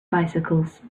bicycles